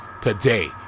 Today